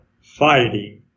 fighting